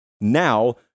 now